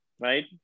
Right